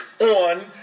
on